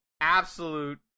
absolute